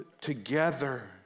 together